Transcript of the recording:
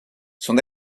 son